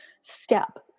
step